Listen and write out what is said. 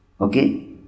Okay